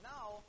Now